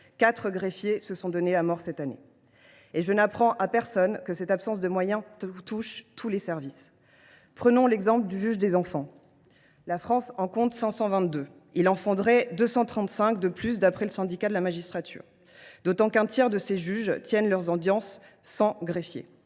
quatre greffiers se sont donné la mort cette année. Et je n’apprends à personne que cette absence de moyens touche tous les services ! Prenons l’exemple du juge des enfants. La France en compte 522. Il en faudrait 235 de plus, d’après le Syndicat de la magistrature, d’autant qu’un tiers de ces juges tiennent leurs audiences sans greffier.